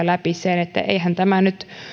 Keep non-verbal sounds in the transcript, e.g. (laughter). (unintelligible) läpi sen että eihän tämä